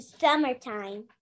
summertime